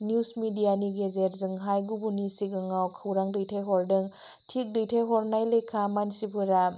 news मिडियानि गेजेरजोंहाय गुबुननि सिगाङाव खौरां दैथायहरदों थिग दैथायहरनाय लेखा मानसिफोरा